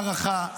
הערכה.